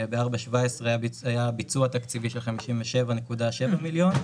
ב-4.17 היה ביצוע תקציבי של 57.7 מיליון,